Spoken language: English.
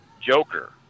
Joker